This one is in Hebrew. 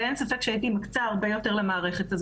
ואין ספק שהייתי מקצה הרבה יותר למערכת הזו.